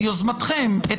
מיוזמתכם,